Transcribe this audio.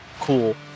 cool